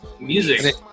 music